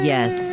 Yes